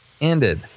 ended